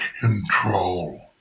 control